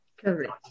Correct